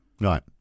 Right